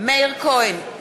מאיר כהן,